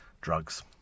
Drugs